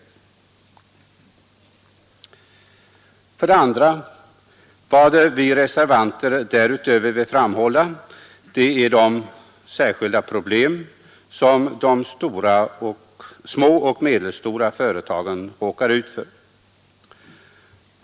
För det andra vill vi reservanter därutöver framhålla de särskilda problem som de små och medelstora företagen råkar ut för.